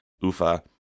Ufa